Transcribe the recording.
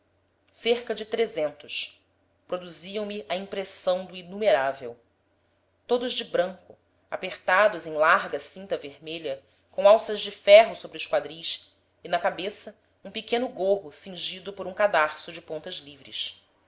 cerca de trezentos produziam me a impressão do inumerável todos de branco apertados em larga cinta vermelha com alças de ferro sobre os quadris e na cabeça um pequeno gorro cingido por um cadarço de pontas livres